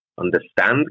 understand